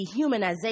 dehumanization